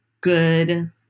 good